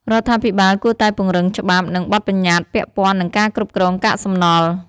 រដ្ឋាភិបាលគួរតែពង្រឹងច្បាប់ និងបទប្បញ្ញតិ្តពាក់ព័ន្ធនឹងការគ្រប់គ្រងកាកសំណល់។